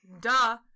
Duh